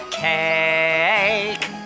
cake